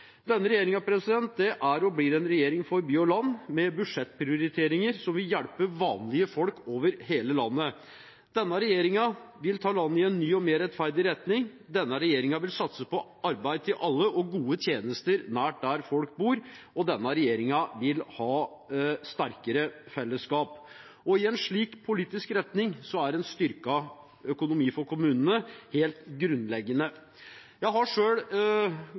Denne regjeringen er og blir en regjering for by og land, med budsjettprioriteringer som vil hjelpe vanlige folk over hele landet. Denne regjeringen vil ta landet i en ny og mer rettferdig retning. Denne regjeringen vil satse på arbeid til alle og gode tjenester nær der folk bor. Og denne regjeringen vil ha sterkere fellesskap. I en slik politisk retning er en styrket økonomi for kommunene helt grunnleggende. Jeg har